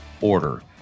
order